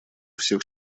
всех